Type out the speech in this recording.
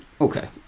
Okay